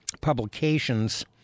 publications